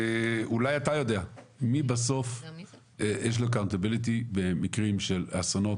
אולי אתה יודע מי בסוף יש לו את אחריות הדיווח במקרים של אסונות?